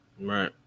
Right